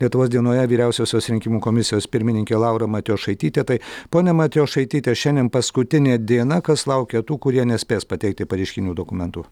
lietuvos dienoje vyriausiosios rinkimų komisijos pirmininkė laura matjošaitytė tai ponia matjošaityte šiandien paskutinė diena kas laukia tų kurie nespės pateikti pareiškinių dokumentų